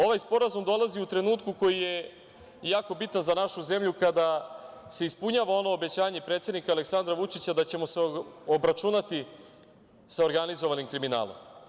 Ovaj sporazum dolazi u trenutku koji je jako bitan za našu zemlju, kada se ispunjava ono obećanje predsednika Aleksandra Vučića da ćemo se obračunati sa organizovanim kriminalom.